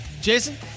Jason